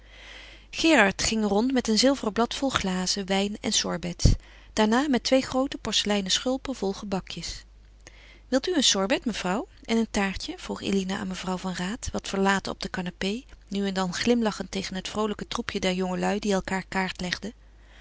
gerard ging rond met een zilveren blad vol glazen wijn en sorbets daarna met twee groote porseleinen schulpen vol gebakjes wil u een sorbet mevrouw en een taartje vroeg eline aan mevrouw van raat wat verlaten op de canapé nu en dan glimlachend tegen het vroolijke troepje der jongelui die elkaâr kaart legden